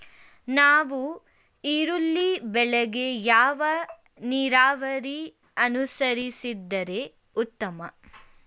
ನಾವು ಈರುಳ್ಳಿ ಬೆಳೆಗೆ ಯಾವ ನೀರಾವರಿ ಅನುಸರಿಸಿದರೆ ಉತ್ತಮ?